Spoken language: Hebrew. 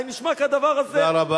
האם נשמע כדבר הזה?